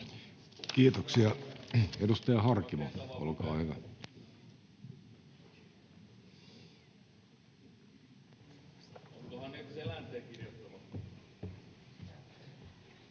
Kiitoksia. — Edustaja Harkimo, olkaa hyvä.